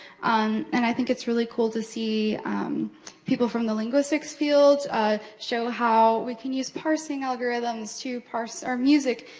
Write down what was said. um and i think it's really cool to see people from the linguistics field show how we can use parsing algorithms to parse our music.